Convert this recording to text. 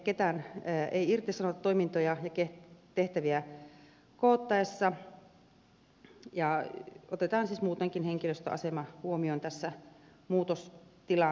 ketään ei irtisanota toimintoja ja tehtäviä koottaessa ja otetaan siis muutenkin henkilöstön asema huomioon tässä muutostilanteessa